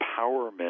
empowerment